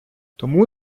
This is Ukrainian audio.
тому